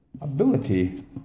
ability